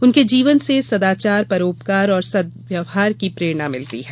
उनके जीवन से सदाचार परोपकार और सद्व्यवहार की प्रेरणा मिलती है